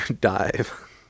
dive